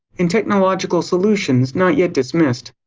and technological solutions not yet dismissed.